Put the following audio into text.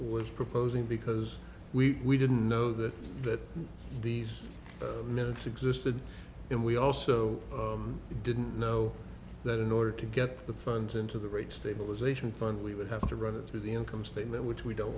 was proposing because we didn't know that these notes existed and we also didn't know that in order to get the funds into the rate stabilization fund we would have to run it through the income statement which we don't